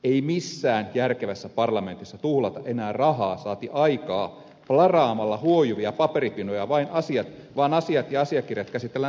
ei missään järkevässä parlamentissa tuhlata enää rahaa saati aikaa plaraamalla huojuvia paperipinoja vaan asiat ja asiakirjat käsitellään sähköisesti